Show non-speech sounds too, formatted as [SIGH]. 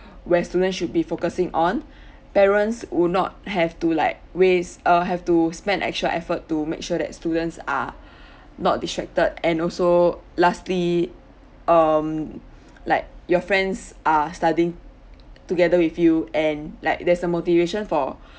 [BREATH] where students should be focusing on [BREATH] parents would not have to like waste uh have to spend actual effort to make sure that students are [BREATH] not distracted and also lastly um like your friends are study together with you and like there's a motivation for